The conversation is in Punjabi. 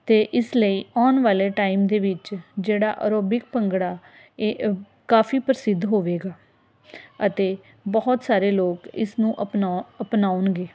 ਅਤੇ ਇਸ ਲਈ ਆਉਣ ਵਾਲੇ ਟਾਈਮ ਦੇ ਵਿੱਚ ਜਿਹੜਾ ਆਰੋਬਿਕ ਭੰਗੜਾ ਇਹ ਕਾਫ਼ੀ ਪ੍ਰਸਿੱਧ ਹੋਵੇਗਾ ਅਤੇ ਬਹੁਤ ਸਾਰੇ ਲੋਕ ਇਸ ਨੂੰ ਅਪਣਾ ਅਪਣਾਉਣਗੇ